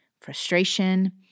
frustration